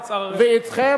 ואתכם,